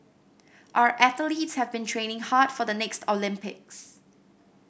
our athletes have been training hard for the next Olympics